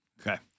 Okay